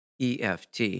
EFT